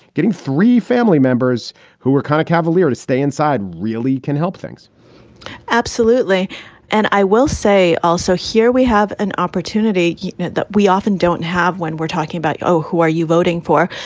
getting three family members who were kind of cavalier to stay inside really can help things absolutely and i will say also here, we have an opportunity you know that we often don't have when we're talking about, oh, who are you voting for?